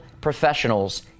professionals